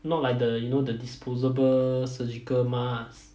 not like the you know the disposable surgical mask